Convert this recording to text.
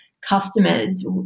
customers